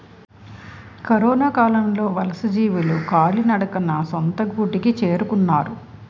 కరొనకాలంలో వలసజీవులు కాలినడకన సొంత గూటికి చేరుకున్నారు